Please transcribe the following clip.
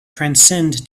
transcend